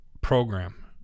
program